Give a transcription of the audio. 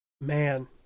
man